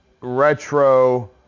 retro